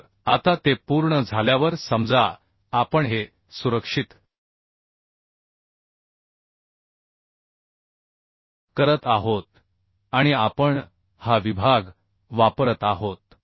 तर आता ते पूर्ण झाल्यावर समजा आपण हे सुरक्षित करत आहोत आणि आपण हा विभाग वापरत आहोत